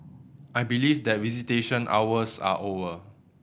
I believe that visitation hours are over